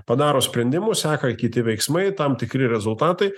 padaro sprendimus seka kiti veiksmai tam tikri rezultatai